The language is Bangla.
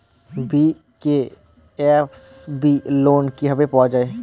বি.কে.এস.বি লোন কিভাবে পাওয়া যাবে?